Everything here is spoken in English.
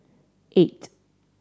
eight